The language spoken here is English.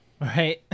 Right